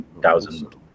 thousand